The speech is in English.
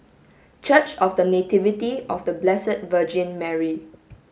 church of The Nativity of The Blessed Virgin Mary